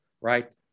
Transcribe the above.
right